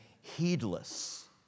heedless